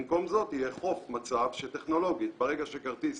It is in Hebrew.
במקום זאת שיאכוף מצב שטכנולוגית ברגע שכרטיס